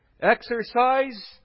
exercise